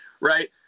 Right